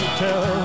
tell